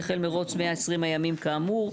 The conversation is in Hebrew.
יחל מירוץ 120 הימים כאמור.".